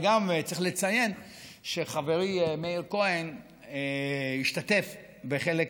צריך גם לציין שחברי מאיר כהן השתתף בחלק